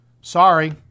Sorry